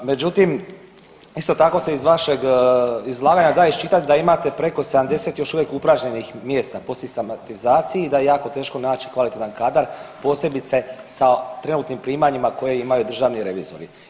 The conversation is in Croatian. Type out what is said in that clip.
Međutim, isto tako se iz vašeg izlaganja da iščitati da imate preko 70, još uvijek upražnjenih mjesta po sistematizaciji, da je jako teško naći kvalitetan kadar, posebice sa trenutnim primanjima koje imaju državni revizori.